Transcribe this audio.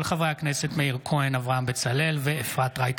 על מסקנות ועדת העבודה והרווחה בעקבות דיון מהיר